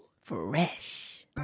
Fresh